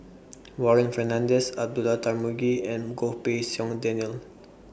Warren Fernandez Abdullah Tarmugi and Goh Pei Siong Daniel